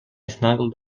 snuggled